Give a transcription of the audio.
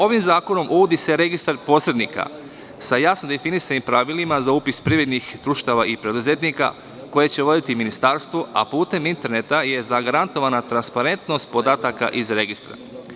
Ovim zakonom uvodi se registar posrednika sa jasno definisanim pravilima za upis privrednih društava i preduzetnika, koje će voditi Ministarstvo, a putem interneta, jer zagarantovana transparentnost podataka iz registra.